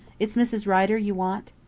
it's mrs. rider you want?